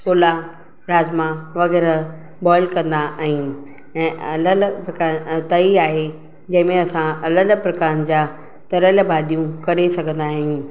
छोला राजमा वग़ैरह बॉइल कंदा आहियूं ऐं अलॻि अलॻि प्रकारनि तई आहे जंहिंमें असां अलॻि अलॻि प्रकारनि जा तरियल भाॼियूं करे सघंदा आहियूं